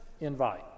invite